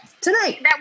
tonight